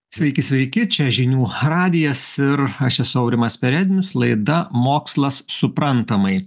sveiki sveiki čia žinių radijas ir aš esu aurimas perednis laida mokslas suprantamai